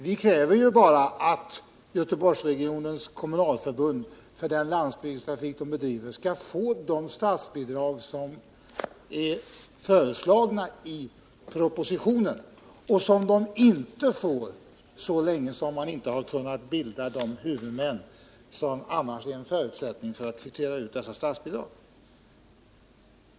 Vi kräver bara att Göteborgsregionens kommunalförbund för den landsbygdstrafik det bedriver skall få de statsbidrag som är föreslagna i propositionen och som det inte får innan man har kunnat bilda de huvudmän som annars är en förutsättning för att kvittera ut dessa statsbidrag.